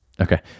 okay